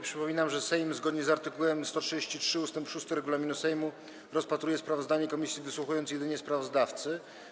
Przypominam, że Sejm, zgodnie z art. 133 ust. 6 regulaminu Sejmu, rozpatruje sprawozdanie komisji, wysłuchując jedynie sprawozdawcy.